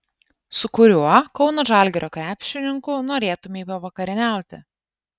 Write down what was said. su kuriuo kauno žalgirio krepšininku norėtumei pavakarieniauti